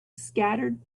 scattered